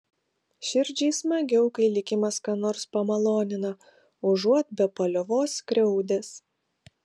širdžiai smagiau kai likimas ką nors pamalonina užuot be paliovos skriaudęs